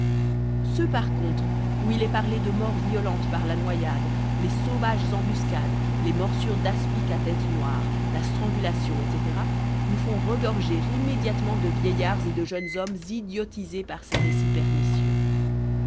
ceux par contre où il est parlé de morts violentes par la noyade les sauvages embuscades les morsures d'aspic à tête noire la strangulation etc nous font regorger immédiatement de vieillards et de jeunes hommes idiotisés par ces récits pernicieux